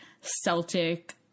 Celtic